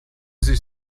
sich